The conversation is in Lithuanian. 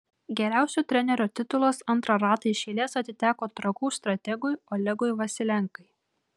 geriausio trenerio titulas antrą ratą iš eilės atiteko trakų strategui olegui vasilenkai